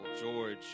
George